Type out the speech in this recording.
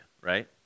right